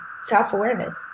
self-awareness